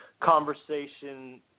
conversation